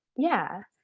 yeah.